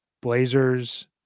blazers